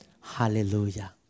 Hallelujah